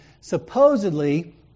supposedly